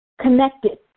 connected